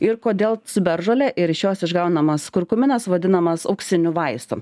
ir kodėl ciberžolė ir iš jos išgaunamas kurkuminas vadinamas auksiniu vaistu